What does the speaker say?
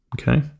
Okay